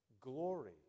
glory